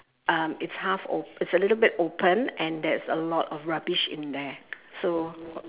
um it's half op~ it's a little bit open and there is a lot of rubbish in there so